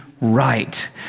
right